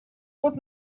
год